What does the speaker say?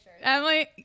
Emily